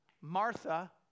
Martha